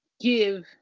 give